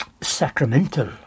sacramental